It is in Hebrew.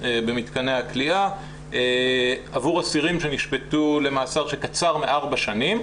במתקני הכליאה עבור אסירים שנשפטו למאסר שקצר מ-4 שנים,